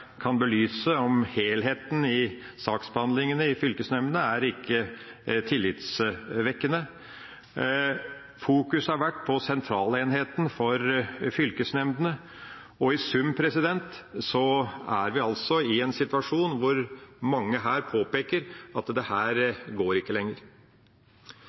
kan belyse helheten i saksbehandlingen i fylkesnemndene, er ikke tillitvekkende. En har fokusert på sentralenheten for fylkesnemndene, og i sum er vi altså i en situasjon hvor mange her påpeker at dette ikke går lenger.